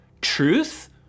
truth